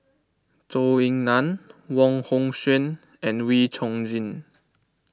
Zhou Ying Nan Wong Hong Suen and Wee Chong Jin